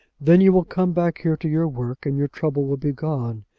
then you will come back here to your work, and your trouble will be gone,